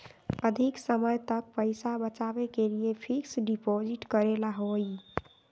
अधिक समय तक पईसा बचाव के लिए फिक्स डिपॉजिट करेला होयई?